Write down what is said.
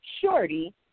Shorty